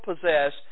possess